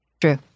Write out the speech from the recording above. True